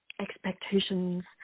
expectations